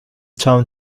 town